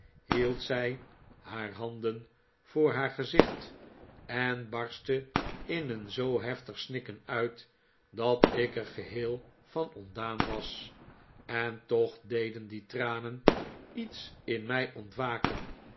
hield zij haar handen voor haar gezicht en barstte in een zoo heftig snikken uit dat ik er geheel van ontdaan was en toch deden die tranen iets in mij ontwaken